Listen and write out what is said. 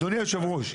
אדוני יושב הראש,